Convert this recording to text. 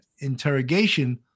interrogation